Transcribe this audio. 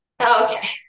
Okay